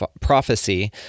prophecy